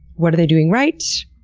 what are they doing right?